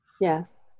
Yes